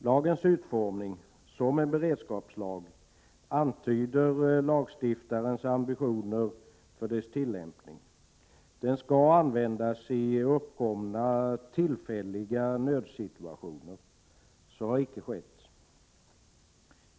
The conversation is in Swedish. Lagens utformning som en beredskapslag antyder lagstiftarens ambitioner för dess tillämpning. Den skall användas i tillfälliga nödsituationer. Så har icke skett.